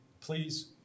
please